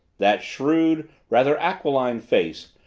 that shrewd, rather aquiline face,